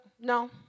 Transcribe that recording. No